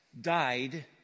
died